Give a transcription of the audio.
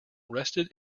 rested